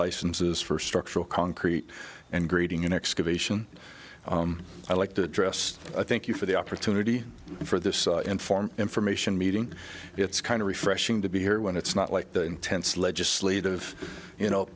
licenses for structural concrete and grading an excavation i like to address i thank you for the opportunity for this inform information meeting it's kind of refreshing to be here when it's not like the intense legislative you know